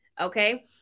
Okay